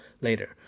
later